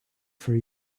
for